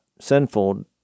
sinful